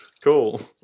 cool